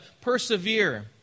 persevere